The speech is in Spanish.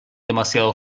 demasiado